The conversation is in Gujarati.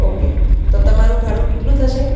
ઓકે તો તમારું ભાડું કેટલું થશે